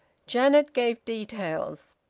janet gave details.